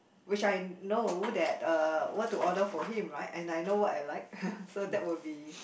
which I know that uh what to order for him right and I know what I like so that will be